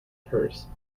purse